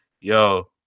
Yo